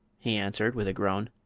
he answered, with a groan.